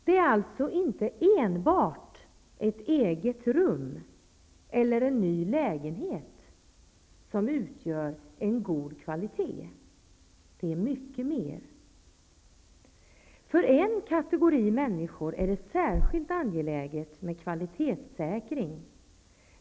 Det är alltså inte enbart ett eget rum eller en ny lägenhet som utgör en god kvalitet det är mycket mer. För en kategori människor är det särskilt angeläget med kvalitetssäkring.